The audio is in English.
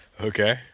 Okay